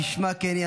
כשמה כן היא.